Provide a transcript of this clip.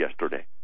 yesterday